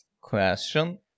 question